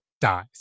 dies